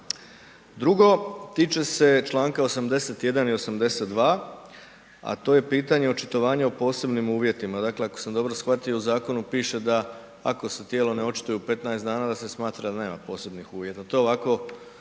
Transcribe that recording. Drugo, tiče se čl. 81. i 82., a to je pitanje očitovanja o posebnim uvjetima. Dakle, ako sam dobro shvatio, u zakonu piše da ako se tijelo ne očituje u 15 dana da se smatra da nema posebnih uvjeta,